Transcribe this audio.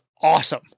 awesome